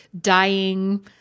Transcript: dying